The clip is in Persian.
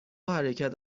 حرکت